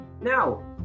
Now